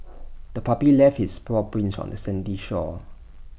the puppy left its paw prints on the sandy shore